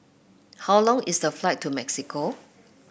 how long is the flight to Mexico